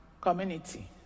community